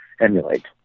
emulate